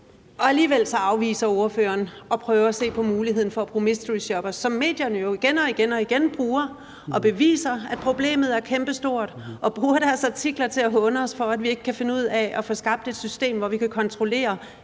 Alligevel afviser ordføreren at prøve at se på muligheden for at bruge mysteryshoppere, som medierne jo igen og igen bruger, og de beviser, at problemet er kæmpestort, og de bruger deres artikler til at håne os for, at vi ikke kan finde ud af at få skabt et system, hvor vi kan kontrollere,